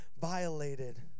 violated